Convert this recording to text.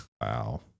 Wow